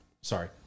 sorry